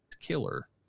killer